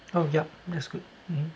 oh yup that's good mmhmm